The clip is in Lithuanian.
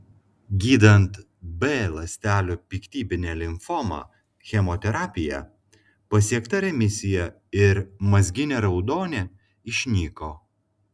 gydant b ląstelių piktybinę limfomą chemoterapija pasiekta remisija ir mazginė raudonė išnyko